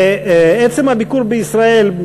שעצם הביקור בישראל,